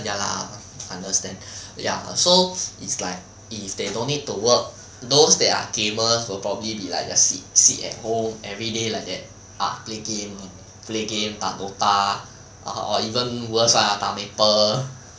ya lah understand ya so it's like if they don't need to work those that are gamer will probably be like just sit sit at home everyday like that ah play game ah play game 打 Dota or even worse [one] 打 maple